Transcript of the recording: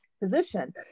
position